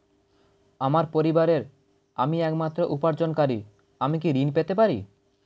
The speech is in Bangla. আমার পরিবারের আমি একমাত্র উপার্জনকারী আমি কি ঋণ পেতে পারি?